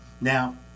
Now